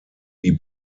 wie